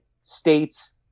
States